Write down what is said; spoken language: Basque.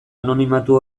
anonimatu